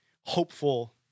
hopeful